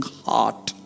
heart